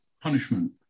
punishment